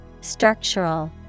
Structural